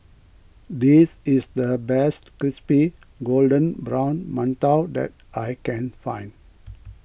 this is the best Crispy Golden Brown Mantou that I can find